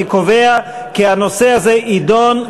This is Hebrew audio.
אני קובע כי הנושא הזה יידון,